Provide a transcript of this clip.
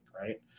right